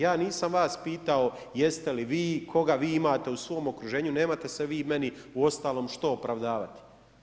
Ja nisam vas pitao, jeste li vi, koga vi imate u svome okruženju, nemate se vi meni, uostalom, što opravdavati.